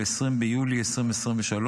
20 ביולי 2023,